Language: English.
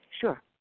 Sure